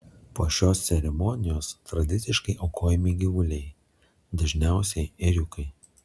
po šios ceremonijos tradiciškai aukojami gyvuliai dažniausiai ėriukai